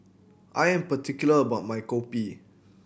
I am particular about my Kopi